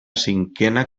cinquena